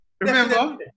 remember